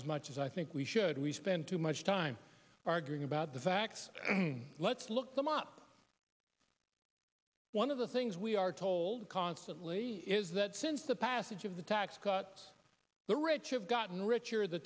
as much as i think we should we spend too much time arguing about the facts let's look them up one of the things we are told constantly is that since the passage of the tax cuts the rich have gotten richer the